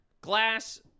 Glass